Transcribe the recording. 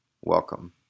welcome